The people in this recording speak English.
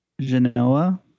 Genoa